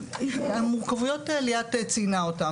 המורכבויות ליאת ציינה אותן.